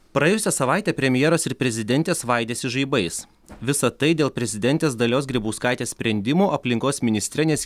praėjusią savaitę premjeras ir prezidentė svaidėsi žaibais visa tai dėl prezidentės dalios grybauskaitės sprendimo aplinkos ministre nes